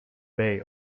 bay